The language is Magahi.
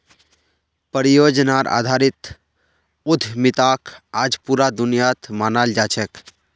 परियोजनार आधारित उद्यमिताक आज पूरा दुनियात मानाल जा छेक